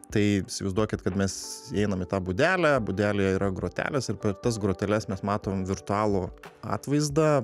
tai įsivaizduokit kad mes įeinam į tą būdelę būdelėje yra grotelės ir per tas groteles mes matom virtualų atvaizdą